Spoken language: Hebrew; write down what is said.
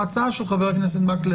אני רוצה לחדד את ההצעה של חבר הכנסת מקלב